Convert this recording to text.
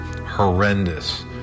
horrendous